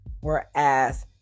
whereas